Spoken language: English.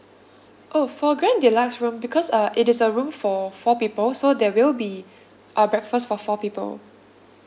oh for grand deluxe room because uh it is a room for four people so there will be a breakfast for four people